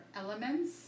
elements